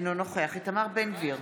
אינו נוכח איתמר בן גביר,